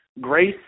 Grace